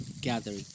gathering